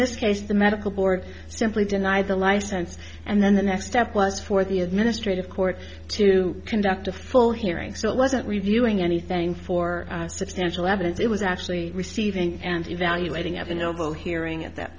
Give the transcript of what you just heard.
this case the medical board simply denied the license and then the next step was for the administrative court to conduct a full hearing so it wasn't reviewing anything for substantial evidence it was actually receiving and evaluating of a noble hearing at that